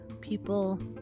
people